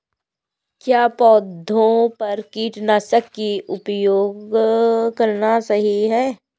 क्या पौधों पर कीटनाशक का उपयोग करना सही है?